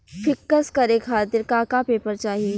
पिक्कस करे खातिर का का पेपर चाही?